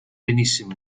benissimo